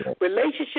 relationship